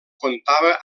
comptava